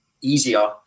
easier